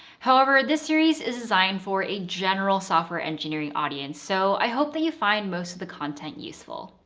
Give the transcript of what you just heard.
however this series is designed for a general software engineering audience so i hope that you find most of the content useful.